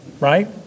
Right